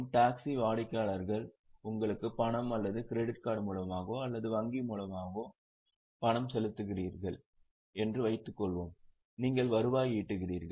taxi வாடிக்கையாளர்கள் உங்களுக்கு பணம் அல்லது கிரெடிட் கார்டு மூலமாகவோ அல்லது வங்கி மூலமாகவோ பணம் செலுத்துகிறார்கள் என்று வைத்துக் கொள்ளுங்கள் நீங்கள் வருவாய் ஈட்டுகிறீர்கள்